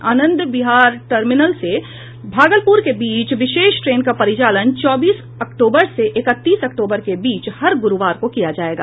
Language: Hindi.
आनंद विहार टर्मिनल से भागलपूर के बीच विशेष ट्रेन का परिचालन चौबीस अक्तूबर से इकतीस अक्तूबर के बीच हर गुरुवार को किया जाएगा